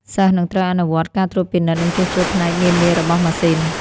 សិស្សនឹងត្រូវអនុវត្តការត្រួតពិនិត្យនិងជួសជុលផ្នែកនានារបស់ម៉ាស៊ីន។